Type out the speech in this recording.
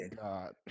God